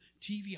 TV